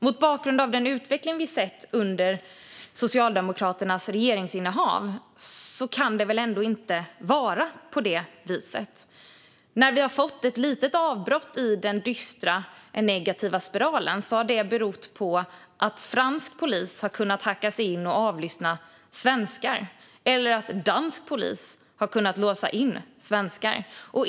Mot bakgrund av den utveckling vi sett under Socialdemokraternas regeringsinnehav kan det väl ändå inte vara så? När vi har fått ett litet avbrott i den dystra, negativa spiralen har det berott på att fransk polis har kunnat hacka sig in och avlyssna svenskar eller på att dansk polis har kunnat låsa in svenskar.